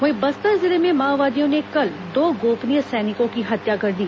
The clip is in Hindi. वहीं बस्तर जिले में माओवादियों ने कल दो गोपनीय सैनिकों की हत्या कर दी